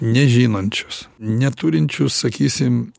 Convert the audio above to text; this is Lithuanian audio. nežinančios neturinčius sakysim